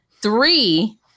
three